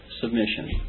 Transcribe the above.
submission